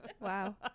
Wow